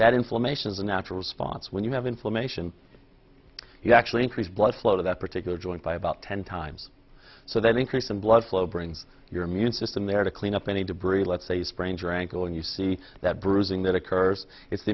that inflammation is a natural response when you have inflammation he actually increased blood flow to that particular joint by about ten times so that increase in blood flow brings your immune system there to clean up any debris let's say sprain your ankle and you see that bruising that occurs it's the